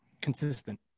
consistent